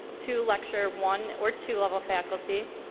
two lecture one or two level faculty,